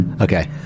Okay